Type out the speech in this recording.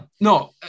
no